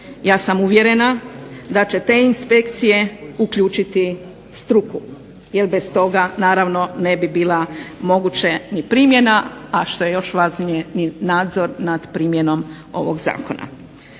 Ja sam uvjerena da će te inspekcije uključiti struku, jer bez toga ne bi bila moguća primjena što je najvažnije ni nadzor nad primjenom ovog zakona.